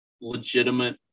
legitimate